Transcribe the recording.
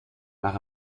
maar